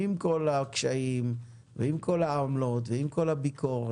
עם כל הקשיים ועם כל העמלות ועם כל הביקורת.